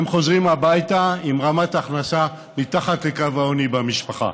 הם חוזרים הביתה עם רמת הכנסה מתחת לקו העוני במשפחה,